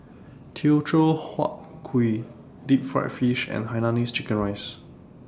Teochew Huat Kuih Deep Fried Fish and Hainanese Chicken Rice